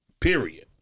Period